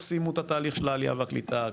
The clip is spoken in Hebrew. סיימו את התהליך של העלייה והקליטה,